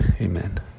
amen